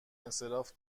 انصراف